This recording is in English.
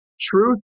Truth